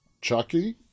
Chucky